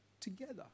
together